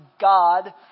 God